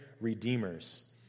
redeemers